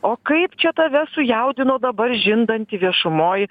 o kaip čia tave sujaudino dabar žindanti viešumoj